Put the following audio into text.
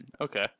Okay